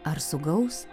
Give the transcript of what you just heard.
ar sugaus